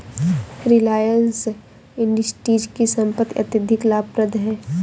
Reliance Industries की संपत्ति अत्यधिक लाभप्रद है